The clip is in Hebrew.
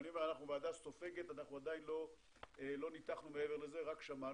אנחנו עדיין ועדה סופגת ולא ניתחנו מעבר לזה רק שמענו,